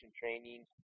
training